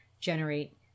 generate